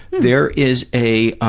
there is a